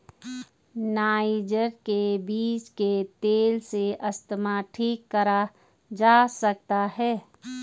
niger के बीज के तेल से अस्थमा ठीक करा जा सकता है